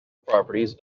properties